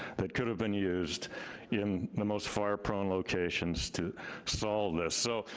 it could have been used in the most fire prone locations to solve this. so,